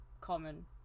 common